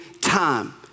time